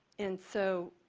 and so